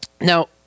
Now